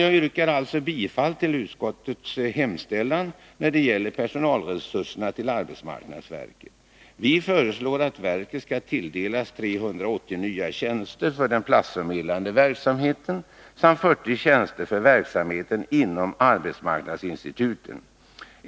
Jag yrkar alltså bifall till utskottets hemställan när det gäller personalresurserna för arbetsmarknadsverket. Vi föreslår att verket skall tilldelas 380 nya tjänster för den platsförmedlande verksamheten samt 40 tjänster för verksamheten inom arbetsmarknadsinstituten.